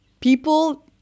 People